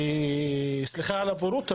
וסליחה על הבורות,